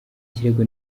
kirego